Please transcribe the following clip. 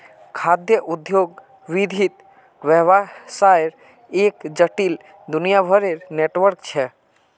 खाद्य उद्योग विविध व्यवसायर एक जटिल, दुनियाभरेर नेटवर्क छ